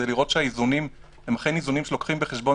כדי לראות שהאיזונים הם אכן איזונים שמביאים בחשבון,